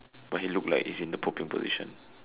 but he look like he's in the pooping position